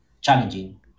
challenging